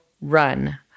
run